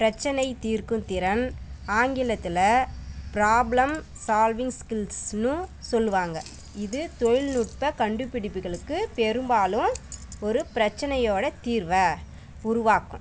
பிரச்சனை தீர்க்கும் திறன் ஆங்கிலத்தில் ப்ராப்ளம் சால்விங் ஸ்கில்ஸ்னு சொல்லுவாங்கள் இது தொழில்நுட்ப கண்டுபிடிப்புகளுக்கு பெரும்பாலும் ஒரு பிரச்சனையோட தீர்வை உருவாக்கும்